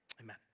Amen